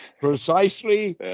Precisely